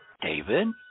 David